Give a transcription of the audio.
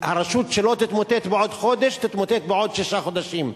רשות שלא תתמוטט בעוד חודש תתמוטט בעוד שישה חודשים.